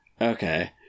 Okay